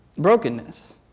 brokenness